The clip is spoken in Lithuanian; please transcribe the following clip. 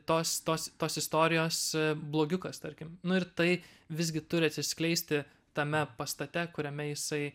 tos tos tos istorijos blogiukas tarkim nu ir tai visgi turi atsiskleisti tame pastate kuriame jisai